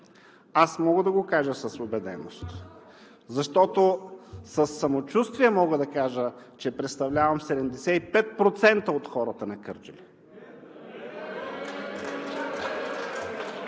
Аз мога да го кажа с убеденост, защото със самочувствие мога да кажа, че представлявам 75% от хората на Кърджали.